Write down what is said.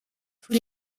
tous